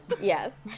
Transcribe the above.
Yes